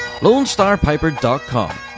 LoneStarPiper.com